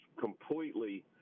completely